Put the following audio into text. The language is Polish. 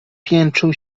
piętrzył